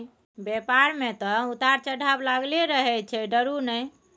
बेपार मे तँ उतार चढ़ाव लागलै रहैत छै डरु नहि